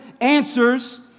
answers